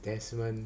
desmond